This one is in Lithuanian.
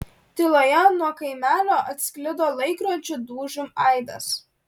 tyloje nuo kaimelio atsklido laikrodžio dūžių aidas